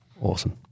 awesome